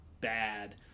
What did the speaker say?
bad